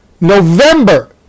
November